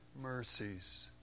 mercies